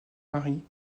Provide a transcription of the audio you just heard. marie